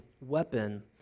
weapon